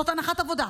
זאת הנחת עבודה.